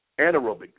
anaerobic